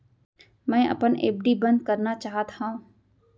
मै अपन एफ.डी बंद करना चाहात हव